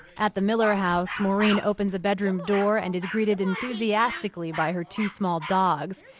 at the miller house, maureen opens a bedroom door and is greeted enthusiastically by her two small dogs.